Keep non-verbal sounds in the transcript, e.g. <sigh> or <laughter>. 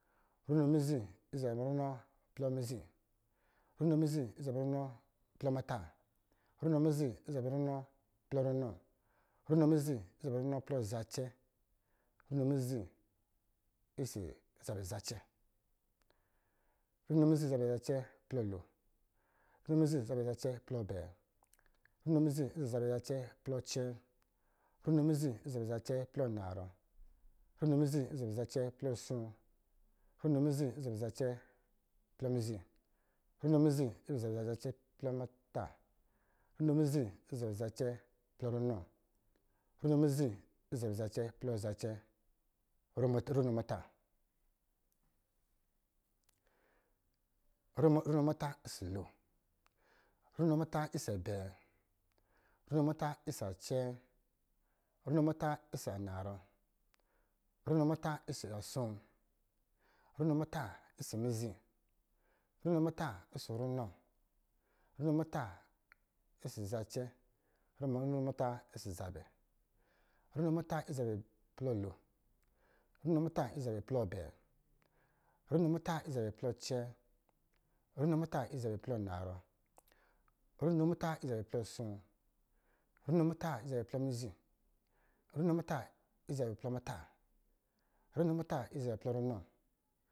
Runo mizi ɔsɔ̄ zabɛ runɔ plɔ mizi, runo mizi ɔsɔ̄ zabɛ runɔ plɔ muta, runo mizi ɔsɔ̄ zabɛ runɔ plɔ runɔ, runo mizi ɔsɔ̄ zabɛ runɔ plɔ zacɛ, runo mizi ɔsɔ̄ zabɛ zacɛ, runo mizi ɔsɔ̄ zabɛ zacɛ plɔ lo, runo mizi ɔsɔ̄ zabɛ zacɛ plɔ abɛɛ, runo mizi ɔsɔ̄ zabɛ zacɛ plɔ acɛɛ, runo mizi ɔsɔ̄ zabɛ zacɛ plɔ anarɔ, runo mizi ɔsɔ̄ zabɛ zacɛ plɔ asoo, runo mizi ɔsɔ̄ zabɛ zacɛ plɔ mizi, runo mizi ɔsɔ̄ zabɛ zacɛ plɔ muta, runo mizi ɔsɔ̄ zabɛ zacɛ plɔ runɔ, runo mizi ɔsɔ̄ zabɛ zacɛ plɔ zacɛ, runo muta, runo muta ɔsɔ̄ to, runo muta ɔsɔ̄ abɛɛ, runo muta ɔsɔ̄ acɛɛ, runo muta ɔsɔ̄ anarɔ, runo muta ɔsɔ̄ asoo, runo muta ɔsɔ̄ mizi, runo muta ɔsɔ̄ muta, runo muta ɔsɔ̄ runɔ, runo muta ɔsɔ̄ zacɛ, runo muta ɔsɔ̄ zabɛ, runo muta ɔsɔ̄ zabɛ plɔ lon, runo muta ɔsɔ̄ zabɛ plɔ abɛɛ, runo muta ɔsɔ̄ acɛɛ, runo muta ɔsɔ̄ anarɔ, runo muta ɔsɔ̄ aspp, runo muta ɔsɔ̄ mizi, runo muta ɔsɔ̄ muta runo muta ɔsɔ̄ runɔ, runo muta ɔsɔ̄ zacɛ, runo muta ɔsɔ̄ zabɔ̄ plɔ lo, <hesitation> runo muta ɔsɔ̄ zabɛ plɔ lo, runo muta ɔsɔ̄ zabɛ plɔ abɛɛ, runo muta ɔsɔ̄ zabɛ plɔ acɛɛ, runo muta ɔsɔ̄ zabɛ plɔ anarɔ, runo muta ɔsɔ̄ zabɛ plɔ asoo, runo muta ɔsɔ̄ zabɛ plɔ mizi, runo muta ɔsɔ̄ zabɛ plɔ muta, runo muta ɔsɔ̄ zabɛ plɔ runɔ